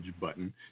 button